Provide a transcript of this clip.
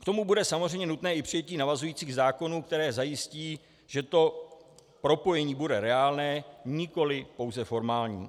K tomu bude samozřejmě nutné i přijetí navazujících zákonů, které zajistí, že to propojení bude reálné, nikoliv pouze formální.